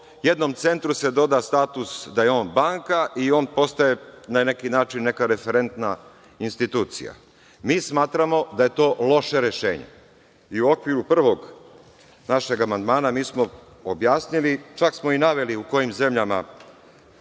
jednom centru doda status da je on banka i on postaje na neki način neka referentna institucija. Mi smatramo da je to loše rešenje. U okviru našeg prvog amandmana smo objasnili, čak smo i naveli u kojim zemljama